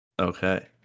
Okay